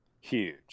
Huge